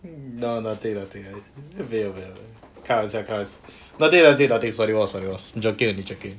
nah nothing nothing 没有没有没有开玩笑 nothing nothing nothing sorry boss sorry boss joking joking